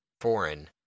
foreign